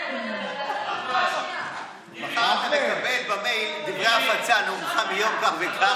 מחר אתה תקבל במייל דברי הפצה: נאומך מיום כך וכך,